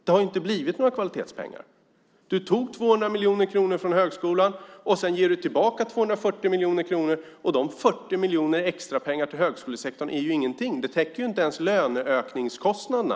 Det har inte blivit några kvalitetspengar. Du tog 200 miljoner kronor från högskolan. Sedan ger du tillbaka 240 miljoner kronor. De 40 miljonerna extra till högskolesektorn är ingenting. De täcker inte ens löneökningskostnaderna.